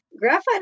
Graphite